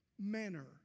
manner